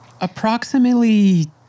Approximately